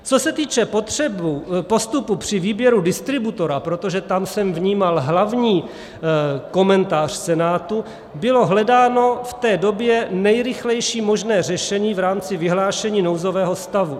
Co se týče postupu při výběru distributora, protože tam jsem vnímal hlavní komentář Senátu, bylo hledáno v té době nejrychlejší možné řešení v rámci vyhlášení nouzového stavu.